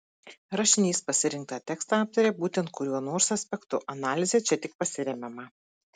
rašinys pasirinktą tekstą aptaria būtent kuriuo nors aspektu analize čia tik pasiremiama